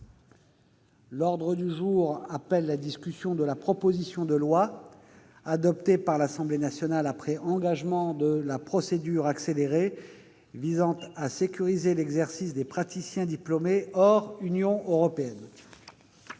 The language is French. L'ordre du jour appelle la discussion de la proposition de loi, adoptée par l'Assemblée nationale après engagement de la procédure accélérée, visant à sécuriser l'exercice des praticiens diplômés hors Union européenne